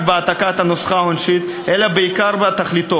בהעתקת הנוסחה העונשית אלא בעיקר בתכלית,